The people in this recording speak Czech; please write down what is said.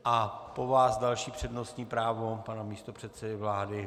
A po vás další přednostní právo pana místopředsedy vlády.